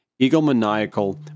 egomaniacal